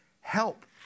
help